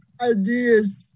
ideas